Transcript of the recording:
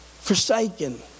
forsaken